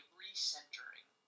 recentering